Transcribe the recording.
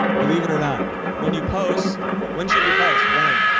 believe it or not when you posts when should you post when.